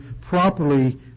properly